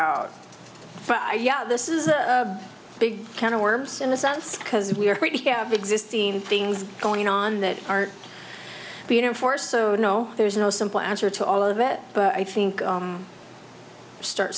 out yeah this is a big can of worms in a sense because we are existing things going on that are being enforced so no there's no simple answer to all of it but i think start